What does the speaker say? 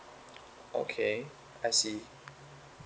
okay I see